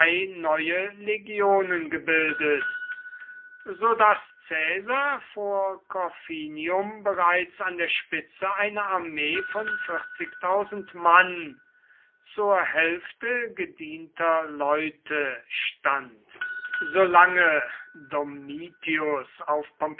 neue legionen gebildet so daß caesar vor corfinium bereits an der spitze einer armee von mann zur hälfte gedienter leute stand solange domitius auf